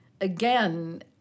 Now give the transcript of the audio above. again